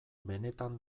benetan